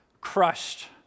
crushed